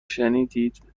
شنیدید